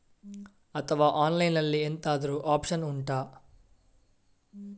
ಅಥವಾ ಆನ್ಲೈನ್ ಅಲ್ಲಿ ಎಂತಾದ್ರೂ ಒಪ್ಶನ್ ಉಂಟಾ